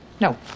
no